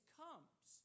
comes